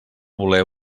voler